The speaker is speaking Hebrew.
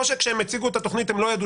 או שכשהם הציגו את התוכנית הם לא ידעו